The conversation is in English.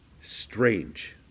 Strange